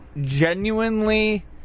genuinely